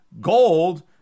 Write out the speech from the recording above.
gold